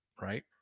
right